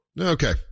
okay